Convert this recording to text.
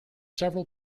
several